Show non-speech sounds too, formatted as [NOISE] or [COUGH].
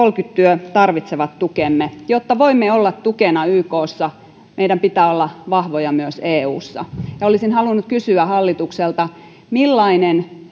työ tarvitsevat tukemme jotta voimme olla tukena ykssa meidän pitää olla vahvoja myös eussa olisin halunnut kysyä hallitukselta millainen [UNINTELLIGIBLE]